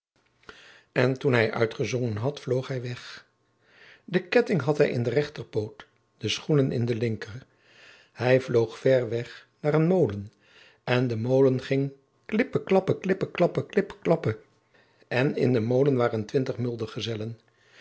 en toen hij uitgezongen had vloog hij weg de ketting had hij in de rechterpoot de schoenen in de linker hij vloog ver weg naar een molen en de molen ging klippe klappe klippe klappe klippe klappe en in den molen waren twintig